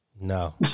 no